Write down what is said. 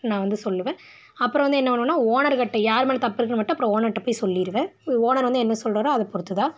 நான் வந்து சொல்லுவேன் அப்புறம் வந்து என்ன பண்ணுவேனா ஓனருக்கிட்ட யார் மேலே தப்பு இருக்குன்னு மட்டும் அப்புறம் ஓனர்கிட்ட போயி சொல்லிடுவேன் உ ஓனர் வந்து என்ன சொல்கிறாரோ அதை பொறுத்து தான்